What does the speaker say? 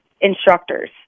instructors